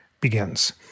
begins